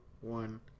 one